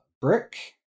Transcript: brick